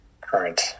current